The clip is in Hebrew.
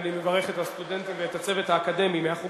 אני מברך את הסטודנטים ואת הצוות האקדמי מהחוג